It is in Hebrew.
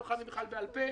לא חייבים בכלל בעל פה,